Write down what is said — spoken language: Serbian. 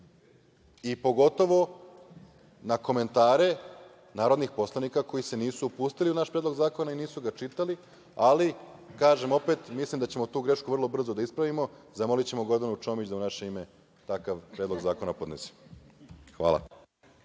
i pogotovo na komentare narodnih poslanika koji se nisu upustili u naš predlog zakona i nisu ga čitali, ali kažem opet, mislim da ćemo tu grešku vrlo brzo da ispravimo, zamolićemo Gordanu Čomić da u naše ime takav predlog zakona podnese. Hvala.